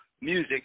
music